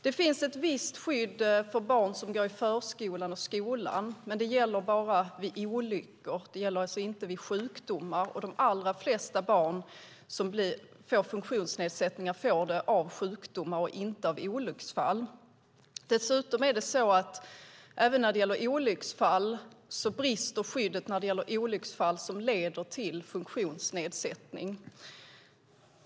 Det finns ett visst skydd för barn som går i förskolan och skolan, men det gäller bara vid olyckor. Det gäller alltså inte vid sjukdomar, och de allra flesta barn som får funktionsnedsättningar får det av sjukdomar och inte av olycksfall. Dessutom är det så att även när det gäller olycksfall brister skyddet när det gäller olycksfall som leder till funktionsnedsättning.